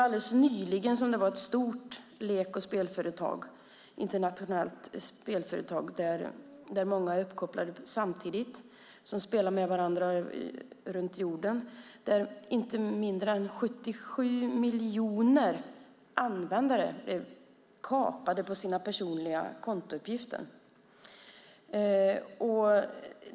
Alldeles nyligen drabbades ett internationellt spelföretag med många uppkopplade samtidigt som spelar med varandra runt jorden av att 77 miljoner användare fick sina personliga kontouppgifter kapade.